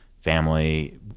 family